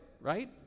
right